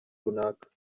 runaka